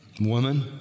woman